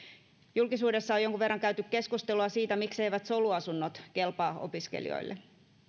julkisuudessa on jonkun verran käyty keskustelua siitä mikseivät soluasunnot kelpaa opiskelijoille